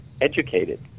educated